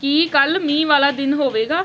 ਕੀ ਕੱਲ੍ਹ ਮੀਂਹ ਵਾਲਾ ਦਿਨ ਹੋਵੇਗਾ